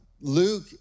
Luke